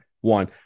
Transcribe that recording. One